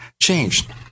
changed